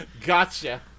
Gotcha